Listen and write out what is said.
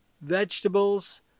vegetables